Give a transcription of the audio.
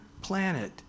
planet